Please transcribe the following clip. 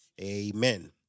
Amen